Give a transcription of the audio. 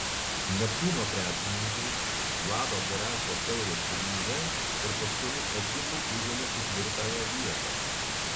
neptūno krepšininkai vlado garasto taurės turnyre tarp aštuonių ekipų užėmė ketvirtąją vietą